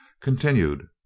continued